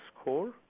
score